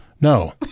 No